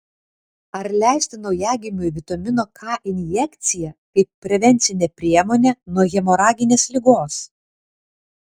ar leisti naujagimiui vitamino k injekciją kaip prevencinę priemonę nuo hemoraginės ligos